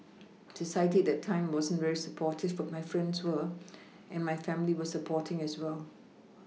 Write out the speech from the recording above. society at that time wasn't very supportive but my friends were and my family were supporting as well